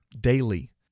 daily